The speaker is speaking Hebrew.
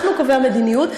אנחנו קובעי המדיניות,